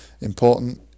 important